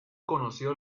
conoció